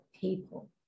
people